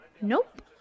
Nope